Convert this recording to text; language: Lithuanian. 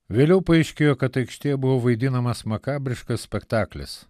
vėliau paaiškėjo kad aikštėje buvo vaidinamas makabriškas spektaklis